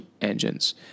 engines